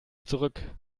zurück